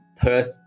Perth